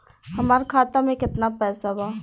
हमार खाता में केतना पैसा बा?